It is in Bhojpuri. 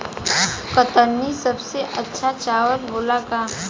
कतरनी सबसे अच्छा चावल होला का?